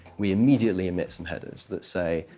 we immediately omit some headers that say,